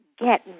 get